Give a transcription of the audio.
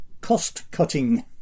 cost-cutting